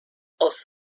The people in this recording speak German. aus